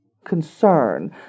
concern